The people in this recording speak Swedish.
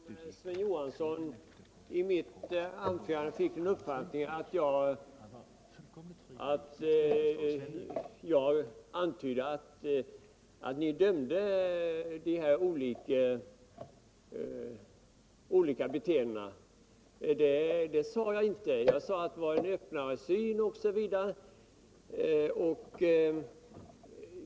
Herr talman! Jag är mycket ledsen om Sven Johansson av mitt anförande fick uppfattningen att jag antydde att ni dömde människor med ett avvikande beteende. Det sade jag inte. Jag sade i stället att vi nu har en öppnare syn, osv.